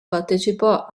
partecipò